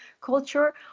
culture